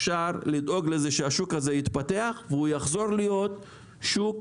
אפשר לדאוג לכך שהשוק הזה יתפתח ויחזור להיות כבעבר.